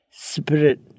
Spirit